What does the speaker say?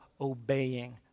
obeying